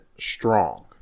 strong